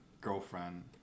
girlfriend